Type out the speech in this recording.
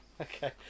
Okay